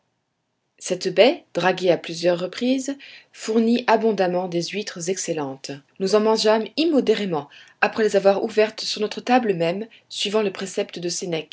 cette baie draguée à plusieurs reprises fournit abondamment des huîtres excellentes nous en mangeâmes immodérément après les avoir ouvertes sur notre table même suivant le précepte de